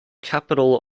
capital